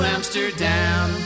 Amsterdam